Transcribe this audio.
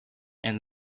and